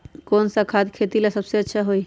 कौन सा खाद खेती ला सबसे अच्छा होई?